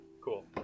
cool